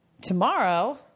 Tomorrow